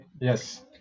yes